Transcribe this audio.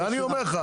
אני אומר לך,